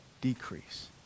decrease